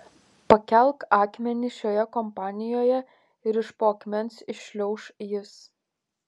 pakelk akmenį šioje kampanijoje ir iš po akmens iššliauš jis